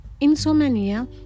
insomnia